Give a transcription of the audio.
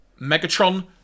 megatron